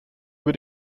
über